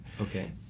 Okay